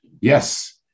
Yes